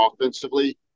offensively